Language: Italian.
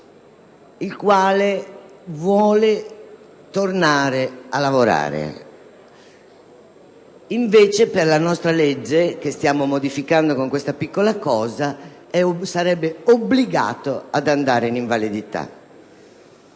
il quale vuole tornare a lavorare; invece, in base alla nostra legge - che stiamo modificando con questa piccola misura - sarebbe obbligato ad andare in invalidità.